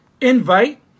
invite